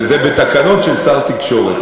וזה בתקנות של שר תקשורת.